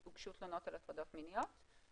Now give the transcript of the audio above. הוגשו תלונות על הטרדות מיניות.